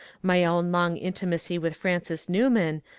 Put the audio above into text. my own long intimacy with francis new man,